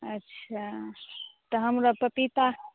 अच्छा तऽ हमरा पपीता